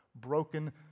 Broken